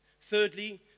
Thirdly